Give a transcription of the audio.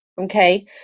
okay